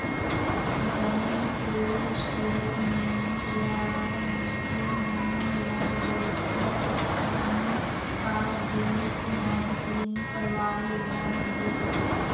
bank के statement ला मनखे मन ल बरोबर अपन पास बुक म प्रिंट करवा लेना ही चाही